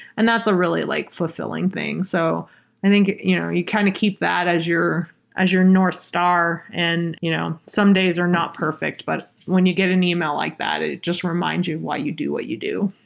and that's a really like fulfilling thing. so i think you know you kind of keep that as as your northstar and you know some days are not perfect, but when you get an email like that, it just remind you why you do what you do